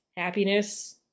Happiness